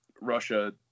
russia